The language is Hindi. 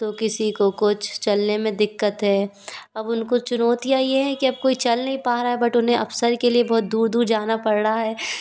तो किसी को कुछ चलने में दिक्कत है अब उनको चुनौतियाँ ये है कि अब कोई चल नही पा रहा है बट उन्हें अवसर के लिए बहुत दूर दूर जाना पड़ रहा है